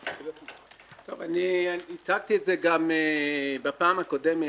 אני הצעתי את זה גם בפעם הקודמת.